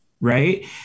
Right